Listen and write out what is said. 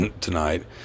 tonight